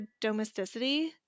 domesticity